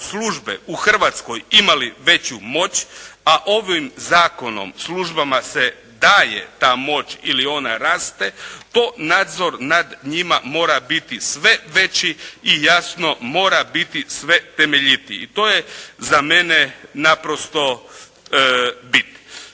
službe u Hrvatskoj imale veću moć, a ovim zakonom službama se daje ta moć ili ona raste, to nadzor nad njima mora biti sve veći i jasno mora biti sve temeljitiji. I to je za mene naprosto bit.